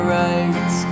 right